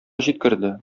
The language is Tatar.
җиткерде